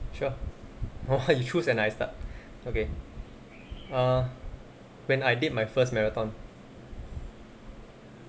sure !wah! you choose and I start okay err when I did my first marathon